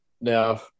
Now